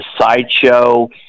sideshow